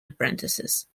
apprentices